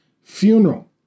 funeral